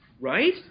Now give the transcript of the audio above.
Right